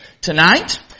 tonight